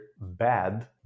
bad